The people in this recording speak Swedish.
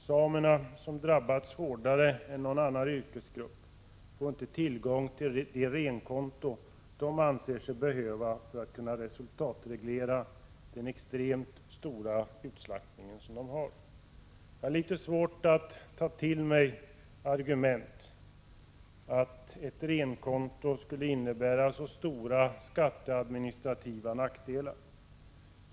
Samerna har drabbats hårdare än någon annan yrkesgrupp men får inte tillgång till det renkonto de anser sig behöva för att kunna resultatreglera den extremt stora utslaktningen. Jag har litet svårt att ta till mig argumentet att ett renkonto skulle innebära så stora skatteadministrativa nackdelar.